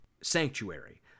sanctuary